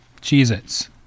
Cheez-Its